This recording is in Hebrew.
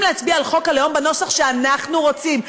להצביע על חוק הלאום בנוסח שאנחנו רוצים.